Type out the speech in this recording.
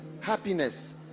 Happiness